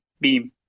beam